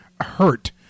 hurt